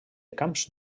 camps